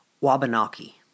Wabanaki